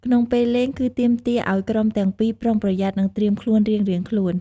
ក្នុងពេលលេងគឺទាមទារឲ្យក្រុមទាំងពីរ ប្រុងប្រយ័ត្ននិងត្រៀមខ្លួនរៀងៗខ្លួន។